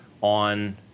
on